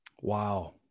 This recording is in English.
Wow